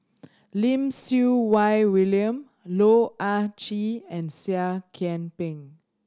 Lim Siew Wai William Loh Ah Chee and Seah Kian Peng